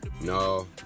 No